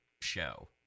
show